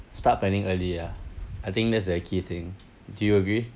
start planning early lah I think that's the key thing do you agree